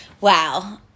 wow